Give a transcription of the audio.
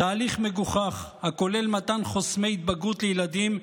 תהליך מגוחך הכולל מתן חוסמי התבגרות לילדים,